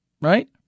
right